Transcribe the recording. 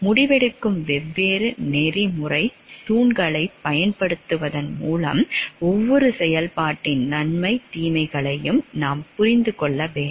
முடிவெடுக்கும் வெவ்வேறு நெறிமுறைத் தூண்களைப் பயன்படுத்துவதன் மூலம் ஒவ்வொரு செயல்பாட்டின் நன்மை தீமைகளையும் நாம் புரிந்து கொள்ள வேண்டும்